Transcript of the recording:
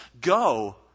go